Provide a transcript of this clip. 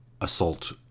assault